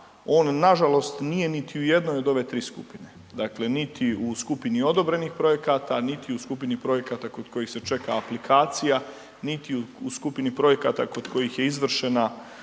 on nažalost, nije niti u jednoj od ove tri skupine. Dakle, niti u skupini odobrenih projekata, niti u skupini projekata kod kojih se čeka aplikacija, niti u skupini projekata kod kojih je izvršena